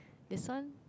this one